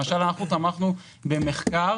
למשל אנחנו תמכנו במחקר